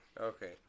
okay